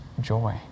joy